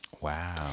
wow